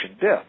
death